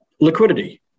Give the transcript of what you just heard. liquidity